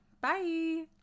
Bye